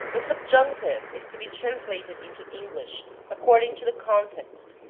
the subjunctive is to be translated into english according to the context,